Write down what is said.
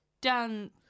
done